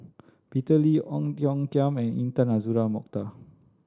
Peter Lee Ong Tiong Khiam and Intan Azura Mokhtar